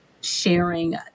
sharing